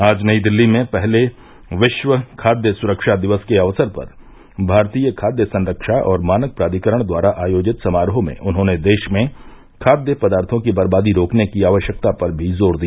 आज नई दिल्ली में पहले विश्व खाद्य सुरक्षा दिवस के अवसर पर भारतीय खाद्य संरक्षा और मानक प्राधिकरण द्वारा आयोजित समारोह में उन्होंने देश में खाद्य पदार्थो की बरबादी रोकने की आवश्यकता पर भी जोर दिया